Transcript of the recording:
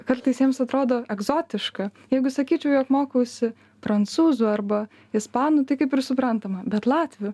kartais jiems atrodo egzotiška jeigu sakyčiau jog mokausi prancūzų arba ispanų tai kaip ir suprantama bet latvių